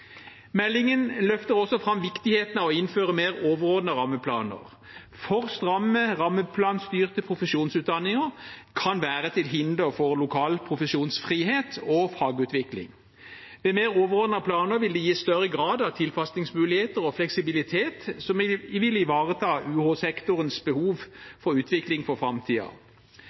Meldingen løfter også fram viktigheten av å innføre mer overordnede rammeplaner. For stramme rammeplanstyrte profesjonsutdanninger kan være til hinder for lokal profesjonsfrihet og fagutvikling. Mer overordnede planer vil gi større grad av tilpasningsmuligheter og fleksibilitet, som vil ivareta UH-sektorens behov for utvikling for